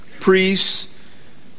priests